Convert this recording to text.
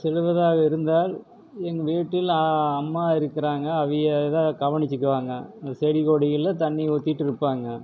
செல்வதாக இருந்தால் எங்கள் வீட்டில் அம்மா இருக்கிறாங்க அவிய தான் கவனித்துக்குவாங்க செடி கொடிகளை தண்ணி ஊற்றிட்டுருப்பாங்க